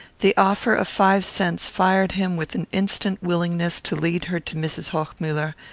the offer of five cents fired him with an instant willingness to lead her to mrs. hochmuller,